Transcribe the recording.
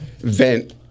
vent